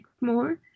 more